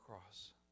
cross